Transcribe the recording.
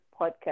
podcast